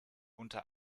unter